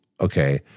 okay